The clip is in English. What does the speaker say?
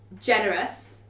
generous